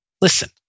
listen